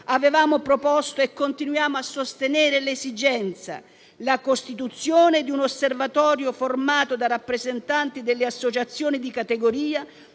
avevamo proposto - e continuiamo a sostenerne l'esigenza - la costituzione di un osservatorio formato da rappresentanti delle associazioni di categoria